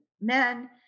men